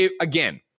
again